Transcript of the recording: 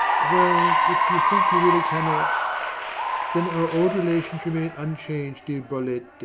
well, if you think you really cannot then our old relations remain unchanged, dear bolette.